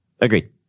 Agreed